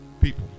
people